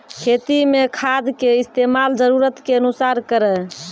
खेती मे खाद के इस्तेमाल जरूरत के अनुसार करऽ